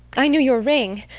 i knew your ring.